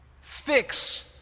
Fix